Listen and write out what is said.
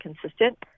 consistent